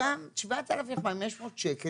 7,500 שקל,